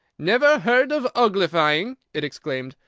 never heard of uglifying! it exclaimed.